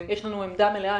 יש לנו עמדה מלאה.